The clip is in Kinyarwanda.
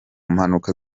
mpanuka